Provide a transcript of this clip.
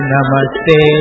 Namaste